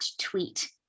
tweet